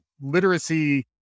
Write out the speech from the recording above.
literacy